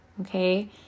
Okay